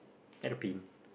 at the pin